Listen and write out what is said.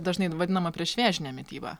dažnai vadinama priešvėžine mityba